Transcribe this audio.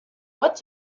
what